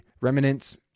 remnants